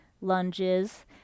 lunges